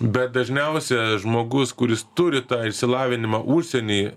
bet dažniausia žmogus kuris turi tą išsilavinimą užsieny